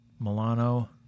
Milano